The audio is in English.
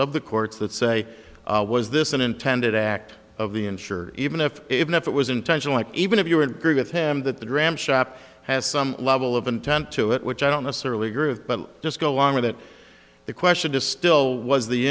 of the courts that say was this an intended act of the insurer even if if it was intentional and even if you agree with him that the dram shop has some level of intent to it which i don't necessarily agree with but just go along with it the question is still was the